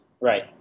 Right